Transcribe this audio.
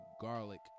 garlic